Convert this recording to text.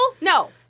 No